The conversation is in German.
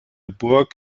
burg